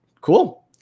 cool